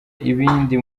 ibindi